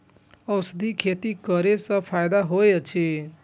औषधि खेती करे स फायदा होय अछि?